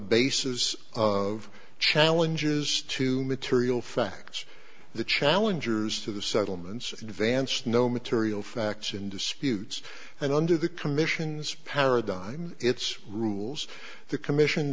basis of challenges to material facts the challengers to the settlements advance no material facts in disputes and under the commission's paradigm its rules the commission